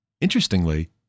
Interestingly